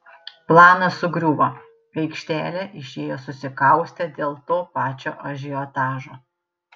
planas sugriuvo į aikštelę išėjo susikaustę dėl to pačio ažiotažo